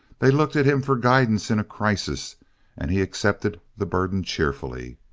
they looked at him for guidance in a crisis and he accepted the burden cheerfully.